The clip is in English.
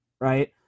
right